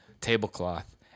tablecloth